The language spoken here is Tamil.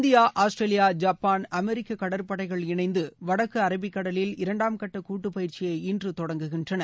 இந்தியா ஆஸ்திரேலியா ஜப்பான் அமெரிக்க கடற்படைகள் இணைந்து வடக்கு அரபிக்கடலில் இரண்டாம் கட்ட கூட்டு பயிற்சியை இன்று தொடங்குகின்றன